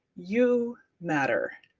you matter.